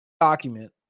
document